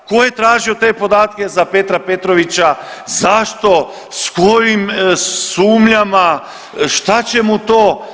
Tko je tražio te podatke za Petra Petrovića, zašto, sa kojim sumnjama, šta će mu to.